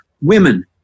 Women